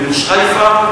במושרייפה,